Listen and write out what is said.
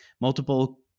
multiple